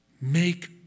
make